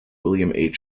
william